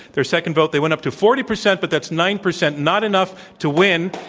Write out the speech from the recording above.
their second vote, they went up to forty percent, but that's nine percent, not enough to win.